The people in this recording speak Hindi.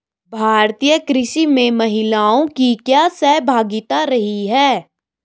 भारतीय कृषि में महिलाओं की क्या सहभागिता रही है?